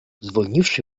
zwolniwszy